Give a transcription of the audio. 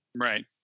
right